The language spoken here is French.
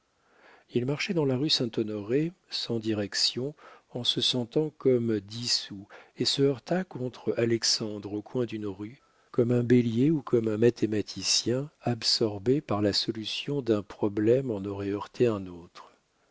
il marchait dans la rue saint-honoré sans direction en se sentant comme dissous et se heurta contre alexandre au coin d'une rue comme un bélier ou comme un mathématicien absorbé par la solution d'un problème en aurait heurté un autre